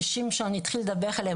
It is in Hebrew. ששמעון שהתחיל לדבר עליה,